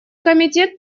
комитет